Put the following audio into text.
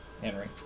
Henry